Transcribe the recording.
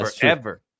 forever